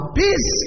peace